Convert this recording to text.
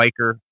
biker